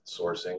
sourcing